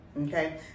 okay